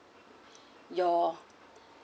your